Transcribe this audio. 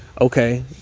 Okay